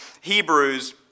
Hebrews